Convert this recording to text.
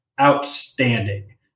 outstanding